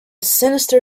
sinister